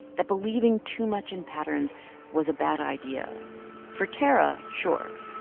that believing too much in patterns was a bad idea for tarra, sure,